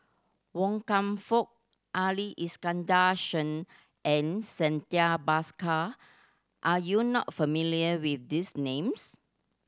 Wan Kam Fook Ali Iskandar Shah and Santha Bhaskar are you not familiar with these names